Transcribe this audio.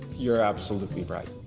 you're absolutely right.